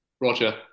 Roger